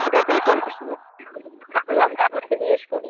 ওটাতেই সমস্যা হচ্ছে ওই জন্য ভাবলাম যে আপনাকে জিজ্ঞেস করি